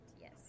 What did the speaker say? yes